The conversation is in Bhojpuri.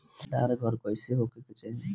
भंडार घर कईसे होखे के चाही?